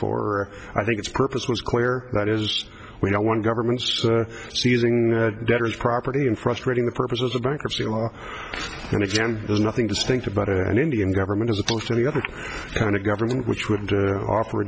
four i think its purpose was clear that is we don't want government seizing debtors property and frustrating the purposes of bankruptcy law and again there's nothing to stink about an indian government as opposed to any other kind of government which would offer